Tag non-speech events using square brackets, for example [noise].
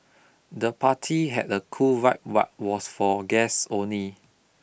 the party had a cool vibe [unintelligible] was for guests only